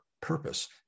purpose